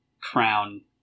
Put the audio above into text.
crown